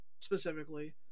specifically